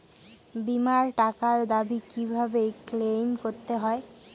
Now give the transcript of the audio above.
বিমার টাকার দাবি কিভাবে ক্লেইম করতে হয়?